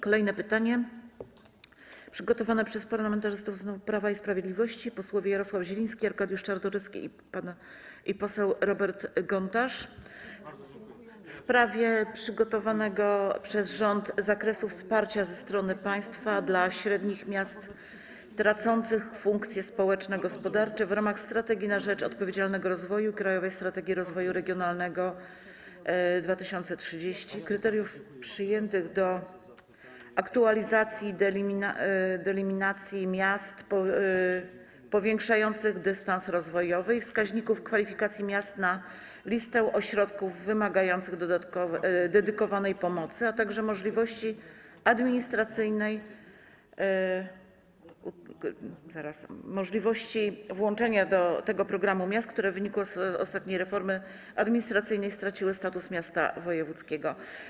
Kolejne pytanie przygotowane przez parlamentarzystów z Prawa i Sprawiedliwości, posłów Jarosława Zielińskiego, Arkadiusza Czartoryskiego i Roberta Gontarza, w sprawie przygotowanego przez rząd zakresu wsparcia ze strony państwa dla średnich miast tracących funkcje społeczno-gospodarcze w ramach „Strategii na rzecz odpowiedzialnego rozwoju” i „Krajowej strategii rozwoju regionalnego 2030”, kryteriów przyjętych do aktualizacji deliminacji miast powiększających dystans rozwojowy i wskaźników kwalifikacji miast na listę ośrodków wymagających dedykowanej pomocy, a także możliwości włączenia do tego programu miast, które w wyniku ostatniej reformy administracyjnej utraciły status miasta wojewódzkiego.